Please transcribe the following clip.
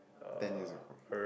ten years ago